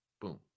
boom